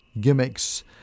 gimmicks